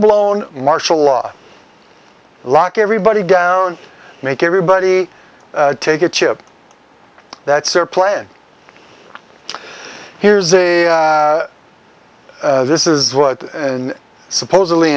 blown martial law lock everybody down make everybody take a chip that's their plan here's a this is what supposedly